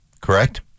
Correct